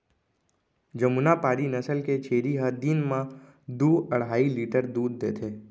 जमुनापारी नसल के छेरी ह दिन म दू अढ़ाई लीटर दूद देथे